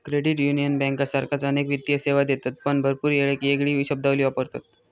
credit union बँकांसारखाच अनेक वित्तीय सेवा देतत पण भरपूर येळेक येगळी शब्दावली वापरतत